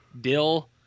dill